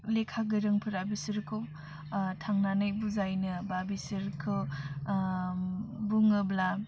लेखा गोरोंफोरा बिसोरखौ थांनानै बुजायनो बा बिसोरखौ बुङोब्ला